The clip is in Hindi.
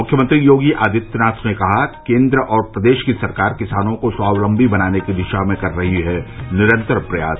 मुख्यमंत्री योगी आदित्यनाथ ने कहा केन्द्र और प्रदेश की सरकार किसानों को स्वावलम्बी बनाने की दिशा में कर रही है निरंतर प्रयास